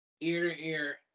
ear-to-ear